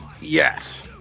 Yes